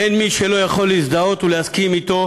אין מי שלא יכול להזדהות ולהסכים אתו